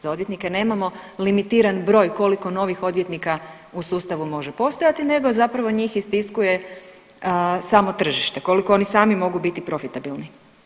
Za odvjetnike nemamo limitiran broj koliko novih odvjetnika u sustavu može postojati nego zapravo njih istiskuje samo tržište, koliko oni sami mogu biti profitabilni.